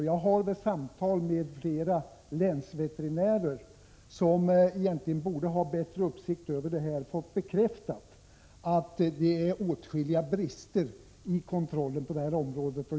Jag har vid samtal med flera länsveterinärer, som egentligen borde ha bättre uppsikt över förhållandena, fått bekräftat att det finns åtskilliga brister i kontrollen på detta område.